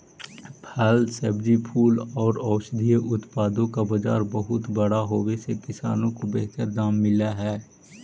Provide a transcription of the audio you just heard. फल, सब्जी, फूल और औषधीय उत्पादों का बाजार बहुत बड़ा होवे से किसानों को बेहतर दाम मिल हई